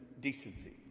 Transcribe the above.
decency